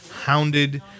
hounded